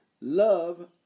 love